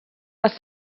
les